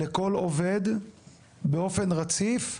לכל עובד באופן רציף,